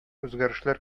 үзгәрешләр